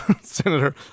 senator